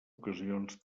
ocasions